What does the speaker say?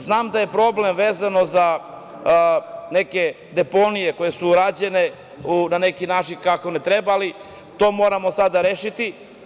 Znam da je problem vezano za neke deponije koje su urađene na način kako ne treba, ali to moramo sada da rešimo.